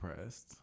pressed